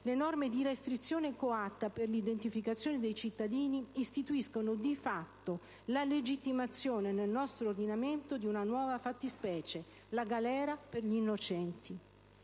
Le norme di restrizione coatta per l'identificazione dei cittadini istituiscono, di fatto, la legittimazione nel nostro ordinamento di una nuova fattispecie: la galera per gli innocenti.